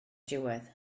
diwedd